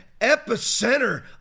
epicenter